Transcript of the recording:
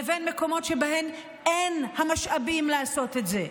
לבין מקומות שבהם אין המשאבים לעשות את זה.